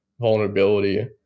vulnerability